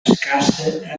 escassa